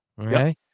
Okay